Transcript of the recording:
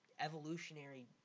evolutionary